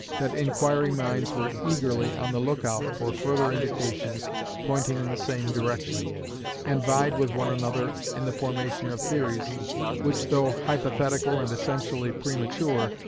that inquiring minds were eagerly on the look-out for further indications pointing in the same direction and vied with one another in the formation of theories which, though hypothetical and essentially premature,